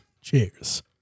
Cheers